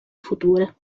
future